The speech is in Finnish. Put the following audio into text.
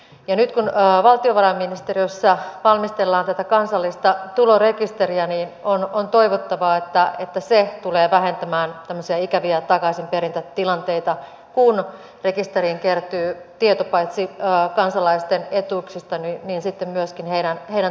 ja nyt kun valtiovarainministeriössä valmistellaan tätä kansallista tulorekisteriä on toivottavaa että se tulee vähentämään tämmöisiä ikäviä takaisinperintätilanteita kun rekisteriin kertyy tieto paitsi kansalaisten etuuksista niin sitten myöskin heidän tuloistaan